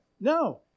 no